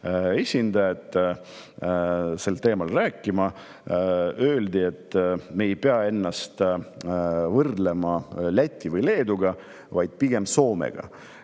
esindajad sellel teemal rääkima, öeldi, et me ei pea ennast võrdlema Läti või Leeduga, vaid pigem Soomega.